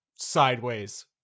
sideways